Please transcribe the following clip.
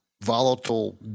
volatile